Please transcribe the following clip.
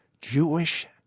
Jewish